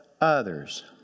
others